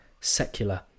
secular